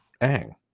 Ang